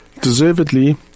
Deservedly